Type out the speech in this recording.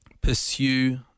pursue